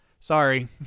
Sorry